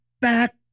back